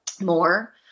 more